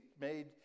made